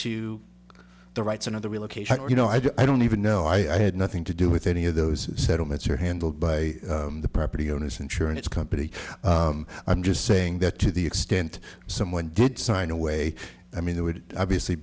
to the rights of the relocation or you know i don't i don't even know i had nothing to do with any of those settlements are handled by the property owners insurance companies i'm just saying that to the extent someone did sign away i mean that would obviously